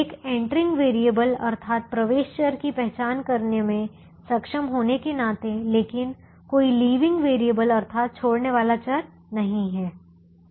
एक entering variable अर्थात प्रवेश चर की पहचान करने में सक्षम होने के नाते लेकिन कोई लीविंग वेरिएबल अर्थात छोड़ने वाला चर नहीं है